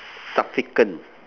subsequent